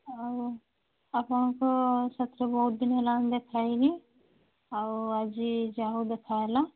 ଆଉ ଆପଣଙ୍କ ସାଥିରେ ବହୁତ ଦିନ ହେଲାଣି ଦେଖାହୋଇନି ଆଉ ଆଜି ଯାହା ହେଉ ଦେଖାହେଲା